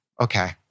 okay